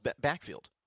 backfield